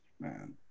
Man